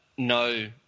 No